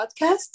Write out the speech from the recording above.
podcast